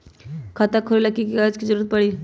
खाता खोले ला कि कि कागजात के जरूरत परी?